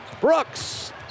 Brooks